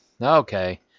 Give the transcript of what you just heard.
Okay